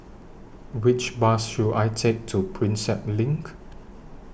Which Bus should I Take to Prinsep LINK